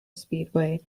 speedway